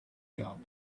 job